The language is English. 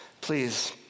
Please